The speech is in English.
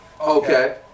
Okay